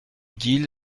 guil